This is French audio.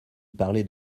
parlait